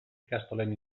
ikastolen